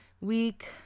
week